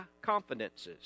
confidences